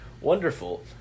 wonderful